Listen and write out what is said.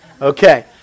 Okay